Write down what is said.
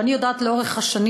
ואני יודעת שלאורך השנים,